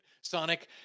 Sonic